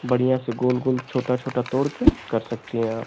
बढ़िया से गोल गोल छोटा छोटा तोड़ कर कर सकती हैं आप